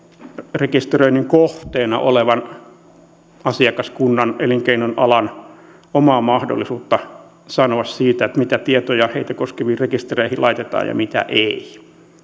rekisteröinnin kohteena olevan asiakaskunnan elinkeinon alan omaa mahdollisuutta sanoa siitä mitä tietoja heitä koskeviin rekistereihin laitetaan ja mitä ei